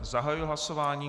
Zahajuji hlasování.